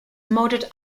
modelled